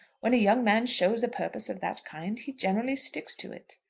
when a young man shows a purpose of that kind he generally sticks to it.